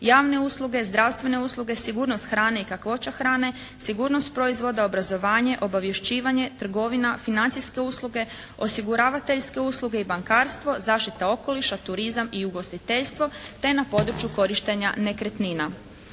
javne usluge, zdravstvene usluge, sigurnost hrane i kakvoća hrane, sigurnost proizvoda, obrazovanje, obavješćivanje, trgovina, financijske usluge, osiguravateljske usluge i bankarstvo, zaštita okoliša, turizam i ugostiteljstvo te na području korištenja nekretnina.